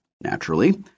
naturally